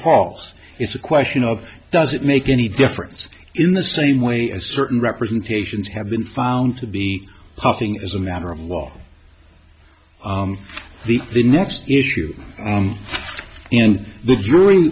false it's a question of does it make any difference in the same way a certain representations have been found to be a thing as a matter of law the the next issue and the jury